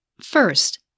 First